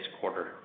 quarter